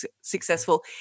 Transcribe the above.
successful